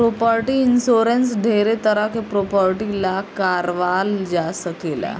property insurance ढेरे तरह के प्रॉपर्टी ला कारवाल जा सकेला